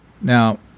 Now